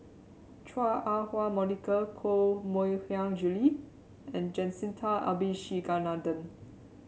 Chua Ah Huwa Monica Koh Mui Hiang Julie and Jacintha Abisheganaden